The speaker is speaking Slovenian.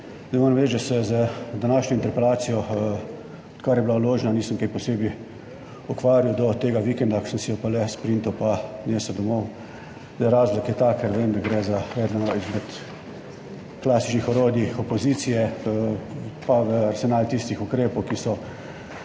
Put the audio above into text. Moram reči, da se z današnjo interpelacijo, odkar je bila vložena, nisem kaj posebej ukvarjal, do tega vikenda, ko sem si jo pa le sprintal in nesel domov. Razlog je ta, ker vem, da gre za eno izmed klasičnih orodij opozicije in arzenal tistih ukrepov, ki so